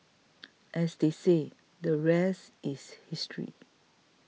as they say the rest is history